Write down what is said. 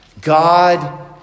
God